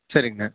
சரிங்கண்ணா